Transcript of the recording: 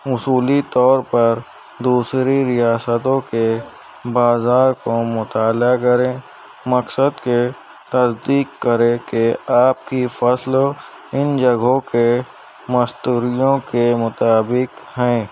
اصولی طور پر دوسری ریاستوں کے بازار کو مطالعہ کریں مقصد کے تصدیق کریں کہ آپ کی فصل ان جگہوں کے مستریوں کے مطابق ہیں